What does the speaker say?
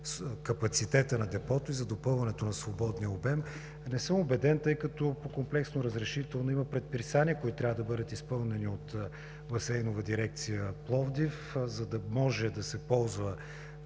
капацитета на Депото и за допълването на свободния обем – не съм убеден, тъй като по комплексното разрешително има предписания, които трябва да бъдат изпълнени от Басейнова дирекция – Пловдив, за да може да се ползва